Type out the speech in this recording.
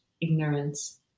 ignorance